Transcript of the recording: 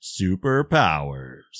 superpowers